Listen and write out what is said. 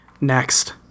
Next